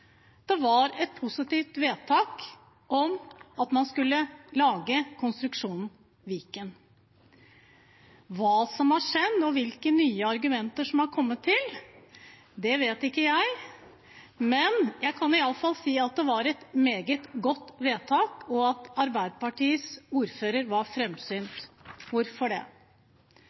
Det var et positivt vedtak om at man skulle lage konstruksjonen Viken. Hva som har skjedd, og hvilke nye argumenter som har kommet til, vet ikke jeg, men jeg kan i alle fall si at det var et meget godt vedtak, og at Arbeiderpartiets ordfører var framsynt. Hvorfor det?